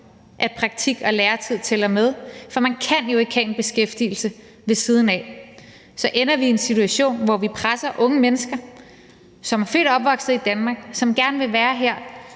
at praktik- og læretid tæller med, for man kan jo ikke have en beskæftigelse ved siden af. Så ender vi i en situation, hvor vi presser unge mennesker, som er født og opvokset i Danmark, som gerne vil være her,